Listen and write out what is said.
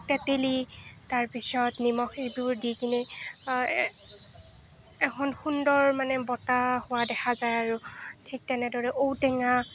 তেঁতেলী তাৰ পিছত নিমখ এইবোৰ দি কিনে এখন সুন্দৰ মানে বটা হোৱা দেখা যায় আৰু ঠিক তেনেদৰে ঔটেঙা